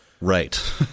Right